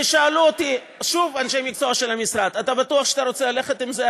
ושאלו אותי שוב אנשי המקצוע של המשרד: אתה בטוח שאתה רוצה ללכת על זה?